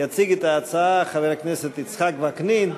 יציג את ההצעה חבר הכנסת יצחק וקנין.